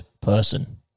person